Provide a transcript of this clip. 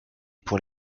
pour